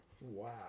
Wow